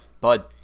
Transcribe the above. bud